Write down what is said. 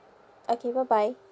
okay bye bye